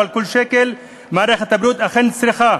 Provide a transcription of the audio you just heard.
אבל כל שקל מערכת הבריאות אכן צריכה.